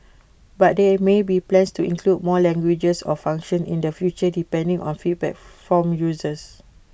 but there may be plans to include more languages or function in the future depending on feedback from users